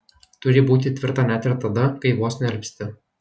turi būti tvirta net ir tada kai vos nealpsti